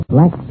Black